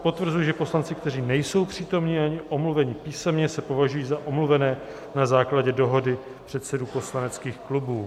Potvrzuji, že poslanci, kteří nejsou přítomni ani omluveni písemně, se považují za omluvené na základě dohody předsedů poslaneckých klubů.